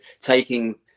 taking